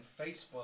Facebook